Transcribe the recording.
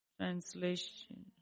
Translation